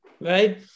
Right